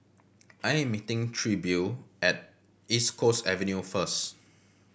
I am meeting Trilby at East Coast Avenue first